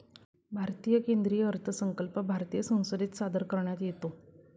भारतीय केंद्रीय अर्थसंकल्प भारतीय संसदेत सादर करण्यात येतो